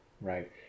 right